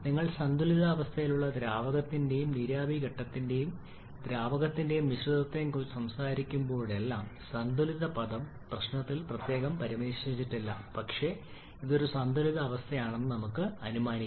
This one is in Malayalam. നിങ്ങൾ സന്തുലിതാവസ്ഥയിലുള്ള ദ്രാവകത്തിന്റെയും നീരാവി ഘട്ടത്തിന്റെയും ദ്രാവകത്തെയും മിശ്രിതത്തെയും കുറിച്ച് സംസാരിക്കുമ്പോഴെല്ലാം സന്തുലിത പദം പ്രശ്നത്തിൽ പ്രത്യേകം പരാമർശിച്ചിട്ടില്ല പക്ഷേ ഇത് ഒരു സന്തുലിതാവസ്ഥയാണെന്ന് നമുക്ക് അനുമാനിക്കാം